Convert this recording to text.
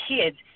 kids